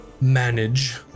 manage